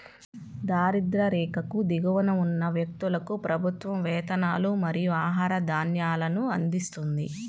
దారిద్య్ర రేఖకు దిగువన ఉన్న వ్యక్తులకు ప్రభుత్వం వేతనాలు మరియు ఆహార ధాన్యాలను అందిస్తుంది